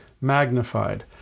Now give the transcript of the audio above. magnified